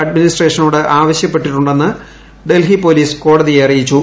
അഡ്മിനിസ്ട്രേഷനോട് ആവശൃപ്പെട്ടിട്ടുണ്ടെന്ന് ഡൽഹി പോലീസ് കോടതിയെ അറിയിച്ചു